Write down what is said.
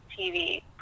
TV